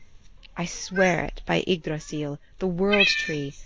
i swear it by ygdrassil, the world-tree,